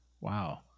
Wow